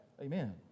Amen